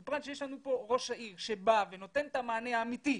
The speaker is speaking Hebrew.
בפרט שנמצא כאן ראש העיר שבא ונותן את המענה האמיתי,